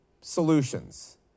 solutions